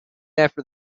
after